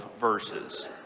verses